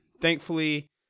thankfully